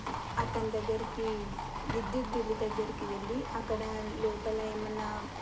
అతని దగ్గరికి విద్యుత్ బిల్లు దగ్గరికి వెళ్ళి అక్కడ లోపల ఏమైనా